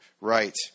right